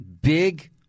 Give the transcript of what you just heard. big